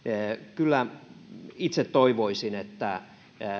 kyllä itse toivoisin että